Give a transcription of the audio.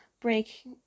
break